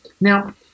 Now